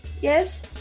Yes